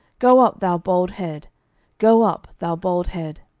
go up, thou bald head go up, thou bald head.